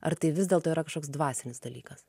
ar tai vis dėlto yra kažkoks dvasinis dalykas